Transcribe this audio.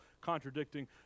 contradicting